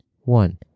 One